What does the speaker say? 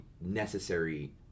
necessary